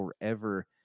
forever